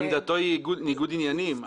עמדתו היא ניגוד עניינים.